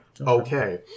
Okay